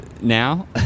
now